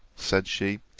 said she,